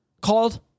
called